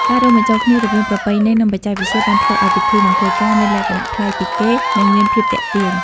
ការរួមបញ្ចូលគ្នារវាងប្រពៃណីនិងបច្ចេកវិទ្យាបានធ្វើឱ្យពិធីមង្គលការមានលក្ខណៈប្លែកពីគេនិងមានភាពទាក់ទាញ។